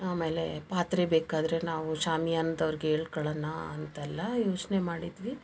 ಆಮೇಲೆ ಪಾತ್ರೆ ಬೇಕಾದರೆ ನಾವು ಶಾಮಿಯಾನ್ದವ್ರ್ಗೆ ಹೇಳ್ಕಳಣ ಅಂತೆಲ್ಲ ಯೋಚನೆ ಮಾಡಿದ್ವಿ